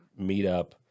Meetup